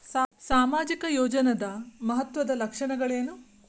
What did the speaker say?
ಸಾಮಾಜಿಕ ಯೋಜನಾದ ಮಹತ್ವದ್ದ ಲಕ್ಷಣಗಳೇನು?